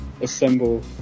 assemble